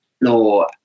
no